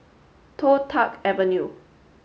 Toh Tuck Avenue